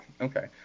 okay